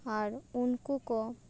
ᱟᱨ ᱩᱱᱠᱩ ᱠᱚ